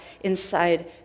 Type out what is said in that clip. inside